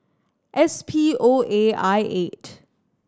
S P O A I eight